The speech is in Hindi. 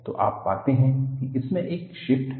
तो आप पाते हैं कि इसमें एक शिफ्ट है